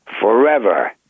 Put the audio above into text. forever